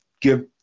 Give